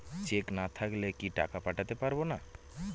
Check না থাকলে কি টাকা পাঠাতে পারবো না?